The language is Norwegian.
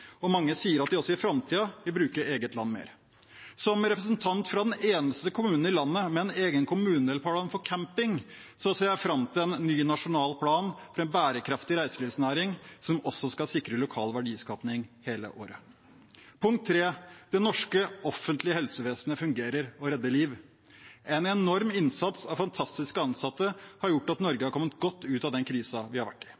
og mange sier at de også i framtida vil bruke eget land mer. Som representant fra den eneste kommunen i landet med en egen kommunedelplan for camping ser jeg fram til en ny nasjonal plan for en bærekraftig reiselivsnæring som også skal sikre lokal verdiskaping hele året. Punkt 3: Det norske offentlige helsevesenet fungerer og redder liv. En enorm innsats av fantastiske ansatte har gjort at Norge har kommet godt ut av den krisen vi har vært i.